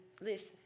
listen